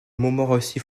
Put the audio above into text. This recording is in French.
montmorency